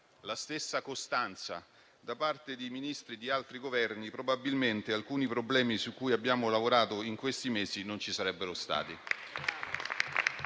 la stessa costanza da parte di Ministri di altri Governi, probabilmente alcuni problemi su cui abbiamo lavorato in questi mesi non ci sarebbero stati.